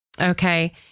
Okay